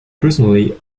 personally